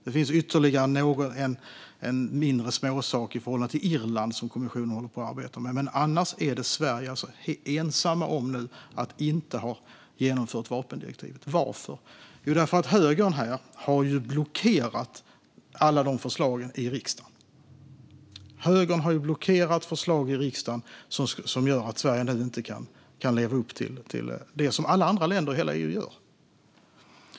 Det finns en småsak i förhållande till Irland som kommissionen arbetar med, men annars är Sverige ensamt om att inte ha genomfört vapendirektivet. Varför? Jo, därför att högern har blockerat alla de förslagen i riksdagen, vilket gör att Sverige nu inte kan leva upp till det som alla andra länder i hela EU gör.